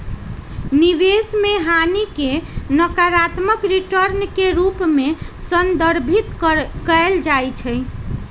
निवेश में हानि के नकारात्मक रिटर्न के रूप में संदर्भित कएल जाइ छइ